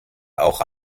auch